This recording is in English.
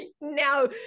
Now